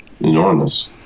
enormous